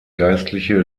geistliche